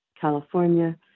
California